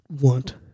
want